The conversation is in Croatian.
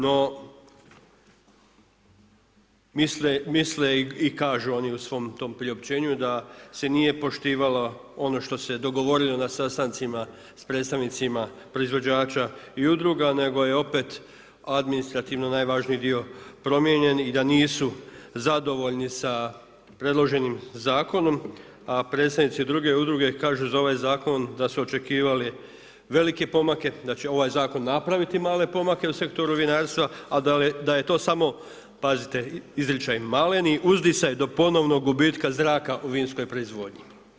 No, misle i kažu oni u svom tom priopćenju da se nije poštivalo ono što se dogovorilo na sastancima sa predstavnicima proizvođača i udruga nego je opet administrativno najvažniji dio promijenjen i da nisu zadovoljni sa predloženim zakonom a predstavnici druge udruge kažu za ovaj zakon da su očekivali velike pomake, da će ovaj zakon napraviti male pomake u sektoru vinarstva a da je to samo, pazite izričaj, maleni uzdisaj do ponovnog gubitka zraka u vinskoj proizvodnji.